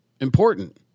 important